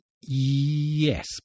Yes